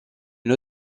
une